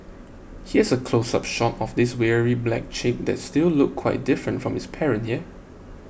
here's a close up shot of this weary black chick that still looked quite different from its parent yeah